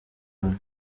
bantu